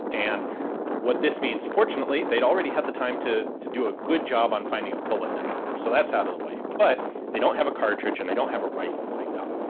and what this means, fortunately they'd already had the time to to do a good job on finding a bullet diameter, so that's out of the way. but they don't have a cartridge, and they don't have a rifle lined up.